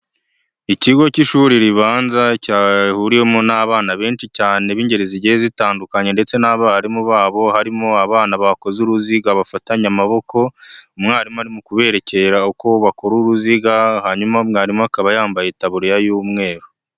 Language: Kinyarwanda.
Ikigo cy'ishuri ribanza cyahuriwemo n'abana benshi cyane b'ingeri zigiye zitandukanye ndetse n'abarimu babo, harimo abana bakoze uruziga bafatanye amaboko, umwarimu arimo kubererekera uko bakora uruziga, hanyuma mwarimu akaba yambaye itaburiya y'umweru.